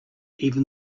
even